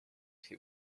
too